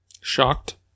Shocked